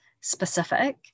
specific